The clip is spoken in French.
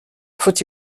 faut